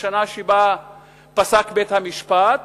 השנה שבה פסק בית-המשפט,